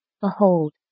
Behold